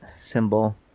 symbol